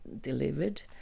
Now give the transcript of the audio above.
delivered